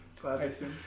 classic